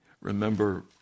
Remember